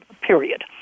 period